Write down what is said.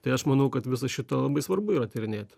tai aš manau kad visą šitą labai svarbu yra tyrinėt